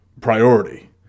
priority